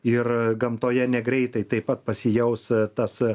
ir gamtoje negreitai taip pat pasijaus tas